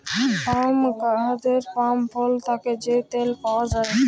পাম গাহাচের পাম ফল থ্যাকে যে তেল পাউয়া যায়